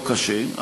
לא קשה,